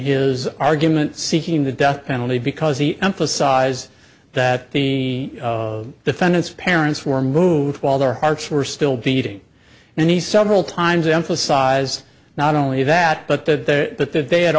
his argument seeking the death penalty because he emphasize that the defendant's parents were moved while their hearts were still beating and he several times emphasize not only that but that but that they had